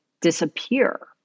disappear